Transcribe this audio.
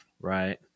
right